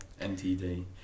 MTD